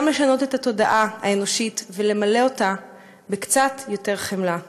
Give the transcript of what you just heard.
גם לשנות את התודעה האנושית ולמלא אותה בקצת יותר חמלה.